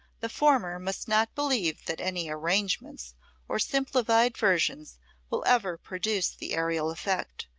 the former must not believe that any arrangements or simplified versions will ever produce the aerial effect,